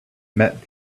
met